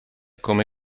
come